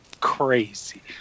crazy